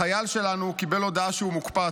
החייל שלנו קיבל הודעה שהוא מוקפץ.